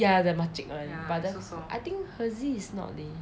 ya the mak cik [one] but I think hirzi is not the